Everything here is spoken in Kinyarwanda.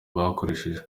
bakoresheje